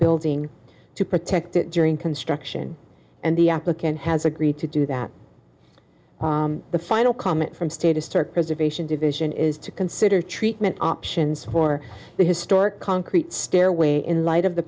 building to protect it during construction and the applicant has agreed to do that the final comment from state a stark reservation division is to consider treatment options for the historic concrete stairway in light of the